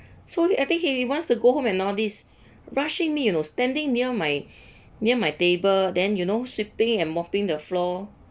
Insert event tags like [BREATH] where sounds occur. so I think he wants to go home and all this rushing me you know standing near my [BREATH] near my table then you know sweeping and mopping the floor